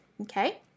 okay